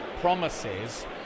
promises